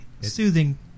soothing